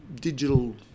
digital